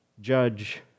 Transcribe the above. judge